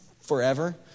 forever